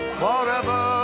forever